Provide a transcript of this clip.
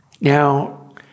Now